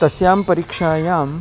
तस्यां परीक्षायां